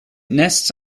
nests